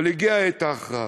אבל הגיעה עת ההכרעה.